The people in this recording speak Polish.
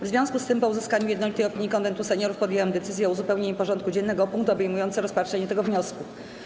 W związku z tym, po uzyskaniu jednolitej opinii Konwentu Seniorów, podjęłam decyzję o uzupełnieniu porządku dziennego o punkt obejmujący rozpatrzenie tego wniosku.